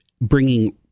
bringing